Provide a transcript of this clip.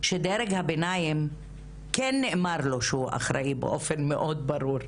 שלדרג הביניים כן נאמר שהוא אחראי באופן מאוד ברור.